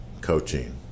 coaching